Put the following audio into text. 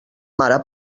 mare